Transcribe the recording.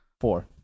Four